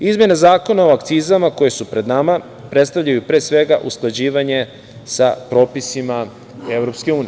Izmene zakona o akcizama koje su pred nama predstavljaju usklađivanje sa propisima EU.